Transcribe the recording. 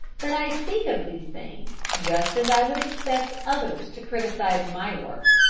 but i speak of these things just as i would expect others to criticise my work.